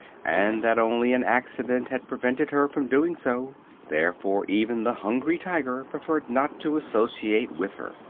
and that only an accident had prevented her from doing so therefore even the hungry tiger preferred not to associate with her.